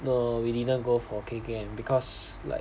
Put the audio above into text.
no we didn't go for K_K_M because like